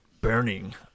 Burning